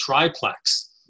triplex